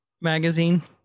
magazine